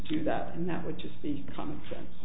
do that and that would just be common sense